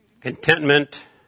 contentment